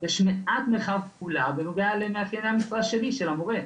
יש מעט מרחב פעולה בנוגע למאפייני המשרה של המורה.